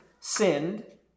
sinned